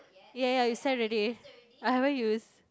ya ya you send already I haven't use